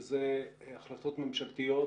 וזה החלטות ממשלתיות